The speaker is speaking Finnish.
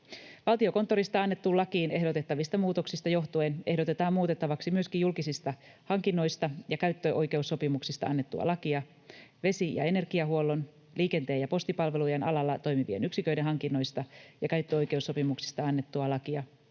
Valtiokonttorista annettuun lakiin ehdotettavista muutoksista johtuen ehdotetaan muutettavaksi myöskin julkisista hankinnoista ja käyttöoikeussopimuksista annettua lakia, vesi- ja energiahuollon, liikenteen ja postipalvelujen alalla toimivien yksiköiden hankinnoista ja käyttöoikeussopimuksista annettua lakia,